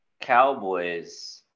Cowboys